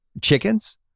Chickens